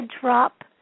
drop